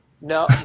no